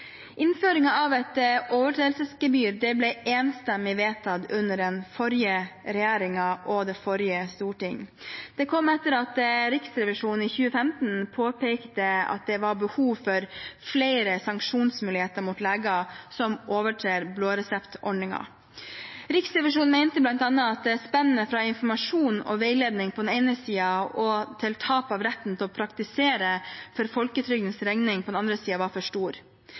av et overtredelsesgebyr ble enstemmig vedtatt under forrige regjering og forrige storting. Det kom etter at Riksrevisjonen i 2015 påpekte at det var behov for flere sanksjonsmuligheter mot leger som overtrer blåreseptordningen. Riksrevisjonen mente bl.a. at spennet fra informasjon og veiledning på den ene siden til tap av retten til å praktisere for folketrygdens regning på den andre siden var for stort. Det tar vi på alvor. Denne saken har etter hvert ført til stor